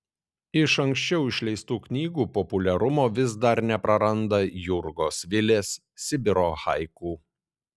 iš anksčiau išleistų knygų populiarumo vis dar nepraranda jurgos vilės sibiro haiku